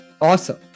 Awesome